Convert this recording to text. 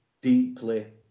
deeply